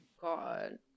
God